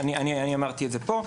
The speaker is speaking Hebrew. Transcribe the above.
אני אמרתי את זה פה,